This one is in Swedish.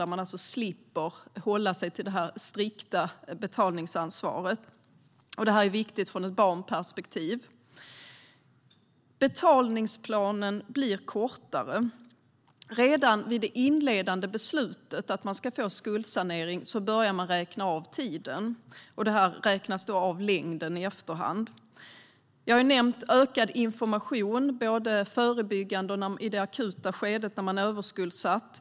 Då slipper man alltså hålla sig till det här strikta betalningsansvaret. Detta är viktigt ur ett barnperspektiv. Betalningsplanen blir kortare. Redan vid det inledande beslutet om att man ska få skuldsanering börjar tiden räknas av. Det här räknas då av längden i efterhand. Jag har nämnt ökad information, både förebyggande och i det akuta skedet när man är överskuldsatt.